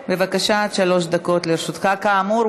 כאמור,